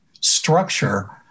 structure